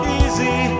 easy